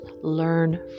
learn